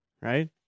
right